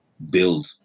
build